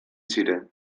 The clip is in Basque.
ziren